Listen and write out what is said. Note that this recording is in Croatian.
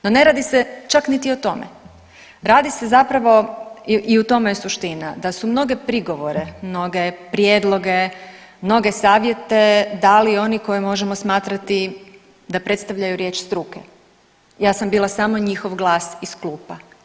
No, ne radi se čak niti o tome, radi se zapravo i u tome je suština, da su mnoge prigovore, mnoge prijedloge, mnoge savjete dali oni koje možemo smatrati da predstavljaju riječ struke, ja sam bila samo njihov glas iz klupa.